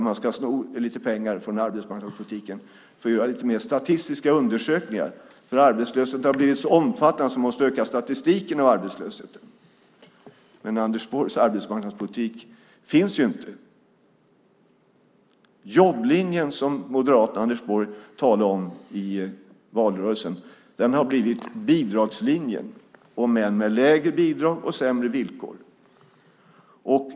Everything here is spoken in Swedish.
Man ska sno lite pengar från arbetsmarknadspolitiken för att göra lite mer statistiska undersökningar. Arbetslösheten har blivit så omfattande att man måste öka statistiken över arbetslösheten. Anders Borgs arbetsmarknadspolitik finns ju inte. Jobblinjen som Moderaterna och Anders Borg talade om i valrörelsen har blivit bidragslinjen, om än med lägre bidrag och sämre villkor.